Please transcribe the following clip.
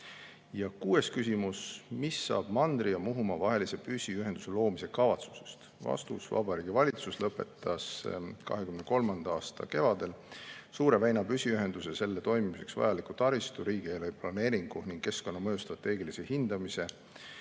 Kuues küsimus: "Mis saab mandri ja Muhumaa vahelise püsiühenduse loomise kavatsusest?" Vastus. Vabariigi Valitsus lõpetas 2023. aasta kevadel Suure väina püsiühenduse ja selle toimimiseks vajaliku taristu riigi eriplaneeringu ning keskkonnamõju strateegilise hindamise.